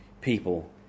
people